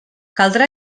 caldrà